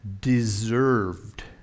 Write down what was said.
deserved